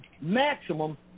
maximum